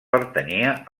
pertanyia